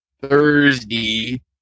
thursday